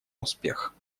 успех